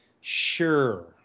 Sure